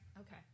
okay